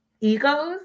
egos